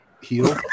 heal